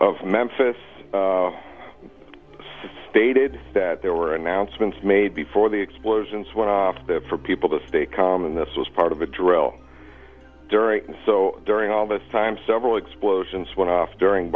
of memphis stated that there were announcements made before the explosions went off for people to stay calm and this was part of a drill so during all that time several explosions went off during